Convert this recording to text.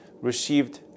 received